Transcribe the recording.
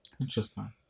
Interesting